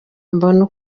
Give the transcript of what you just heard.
mbona